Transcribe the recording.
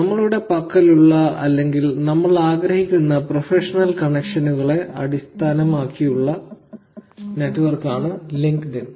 നമ്മളുടെ പക്കലുള്ള അല്ലെങ്കിൽ നമ്മൾ ആഗ്രഹിക്കുന്ന പ്രൊഫഷണൽ കണക്ഷനുകളെ അടിസ്ഥാനമാക്കിയുള്ള നെറ്റ്വർക്കാണ് ലിങ്ക്ഡ്ഇൻ